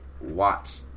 watch